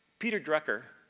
peter drucker,